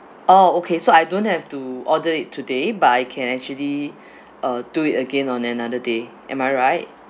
oh okay so I don't have to order it today but I can actually uh do it again on another day am I right